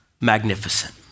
magnificent